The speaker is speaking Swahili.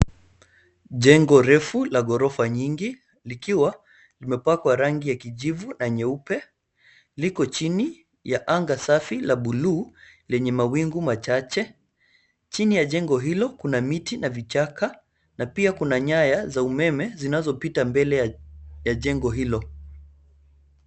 Jengo refu la ghorofa nyingi likiwa limepakwa rangi ya kijivu na nyeupe. Liko chini ya anga safi ya blue lenye mawingu machache. Chini ya jengo hilo kuna miti na vichaka na pia kuna nyaya za umeme zinazopita mbele ya jengo hilo.